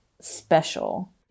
special